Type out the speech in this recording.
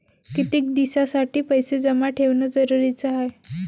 कितीक दिसासाठी पैसे जमा ठेवणं जरुरीच हाय?